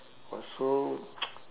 was so